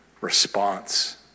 response